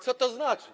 Co to znaczy?